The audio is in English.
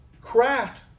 craft